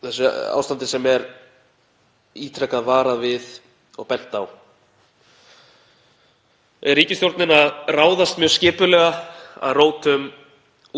þessu ástandi sem ítrekað er varað við og bent á? Er ríkisstjórnin að ráðast mjög skipulega að rótum